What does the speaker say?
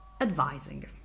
advising